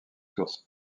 sources